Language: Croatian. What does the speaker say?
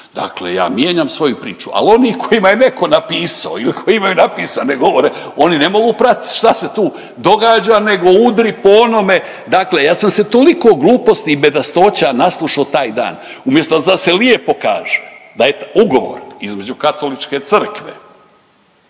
dakle ja mijenjam svoju priču, ali oni kojima je netko napisao ili koji imaju napisane govore oni ne mogu pratiti šta se tu događa nego udri po onome, dakle ja sam se toliko gluposti i bedastoća naslušao taj dan umjesto da se lijepo kaže da je ugovor između Katoličke crkve